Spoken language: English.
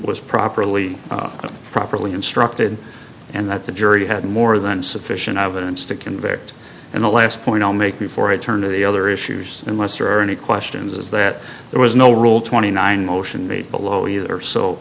was properly properly instructed and that the jury had more than sufficient evidence to convict and the last point i'll make before i turn of the other issues and muster any questions is that there was no rule twenty nine motion made below either so